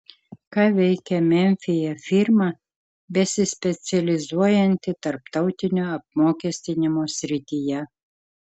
ką veikia memfyje firma besispecializuojanti tarptautinio apmokestinimo srityje